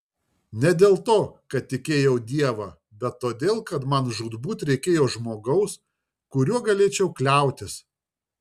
ne dėl to kad tikėjau dievą bet todėl kad man žūtbūt reikėjo žmogaus kuriuo galėčiau kliautis